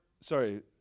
Sorry